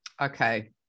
Okay